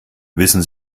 wissen